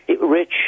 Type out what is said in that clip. Rich